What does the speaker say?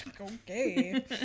Okay